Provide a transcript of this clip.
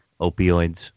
opioids